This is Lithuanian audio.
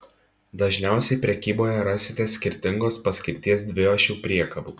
dažniausiai prekyboje rasite skirtingos paskirties dviašių priekabų